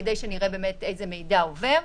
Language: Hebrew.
כדי שנראה איזה מידע עובר.